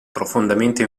profondamente